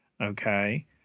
okay